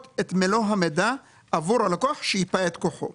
את מלוא המידע עבור הלקוח שייפה את כוחו.